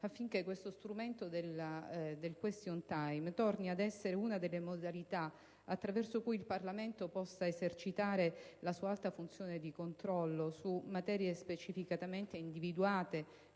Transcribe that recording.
affinché lo strumento del *question time* torni ad essere una delle modalità attraverso cui il Parlamento esercita la sua alta funzione di controllo su materie specificamente individuate